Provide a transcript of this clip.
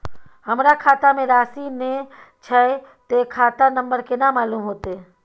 हमरा खाता में राशि ने छै ते खाता नंबर केना मालूम होते?